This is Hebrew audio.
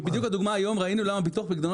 כי בדיוק בדוגמה של היום ראינו למה ביטוח פקדונות